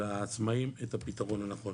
לעצמאים את הפתרון הנכון.